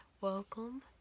welcome